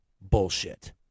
bullshit